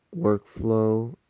workflow